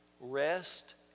Rest